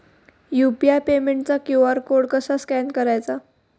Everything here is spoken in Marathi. यु.पी.आय पेमेंटचा क्यू.आर कोड कसा स्कॅन करायचा?